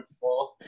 four